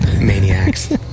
maniacs